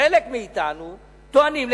חלק מאתנו טוענים,